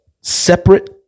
separate